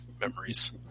memories